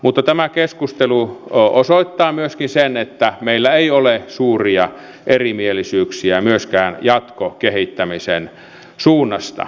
mutta tämä keskustelu osoittaa myöskin sen että meillä ei ole suuria erimielisyyksiä myöskään jatkokehittämisen suunnasta